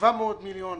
ב-700 מיליון,